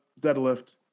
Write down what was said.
Deadlift